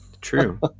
True